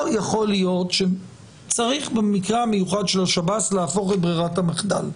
פה יכול להיות שצריך במקרה המיוחד של השב"ס להפוך את ברירת המחדל.